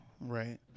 right